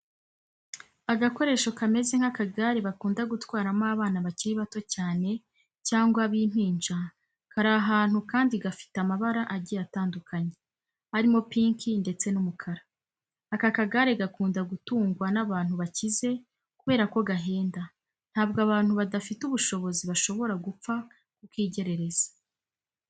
Agakoresho kameze nk'akagare bakunda gutwaramo abana bakiri batoya cyane cyangwa b'impinja kari ahantu kandi gafite amabara agiye atandukanye, arimo pinki ndetse n'umukara. Aka kagare gakunda gutungwa n'abantu bakize kubera ko gahenda, ntabwo abantu badafite ubushobozi bashobora gupfa kukigerereza.